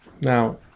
Now